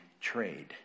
trade